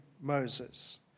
Moses